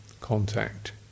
contact